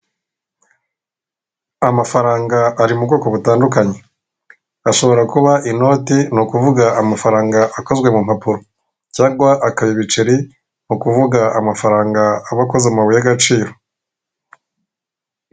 Amafaranga ari mu bwoko butandukanye ashobora kuba inote, ni ukuvuga amafaranga akozwe mu mpapuro, cyangwa akaya ibiceri, ni ukuvuga amafaranga aba akoze mu mabuye y'agaciro.